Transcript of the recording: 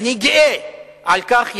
ואני גאה על כך,